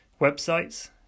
Websites